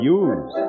use